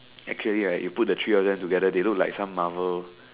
actually ya you put the three all them together they look like some Marvel